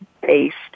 based